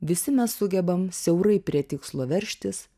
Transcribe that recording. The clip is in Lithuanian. visi mes sugebam siaurai prie tikslo veržtis